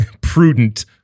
prudent